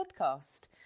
podcast